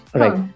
right